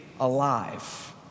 alive